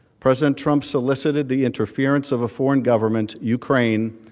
president trump solicited the interference of a foreign government, ukraine,